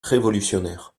révolutionnaire